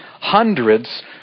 hundreds